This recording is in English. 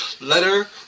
Letter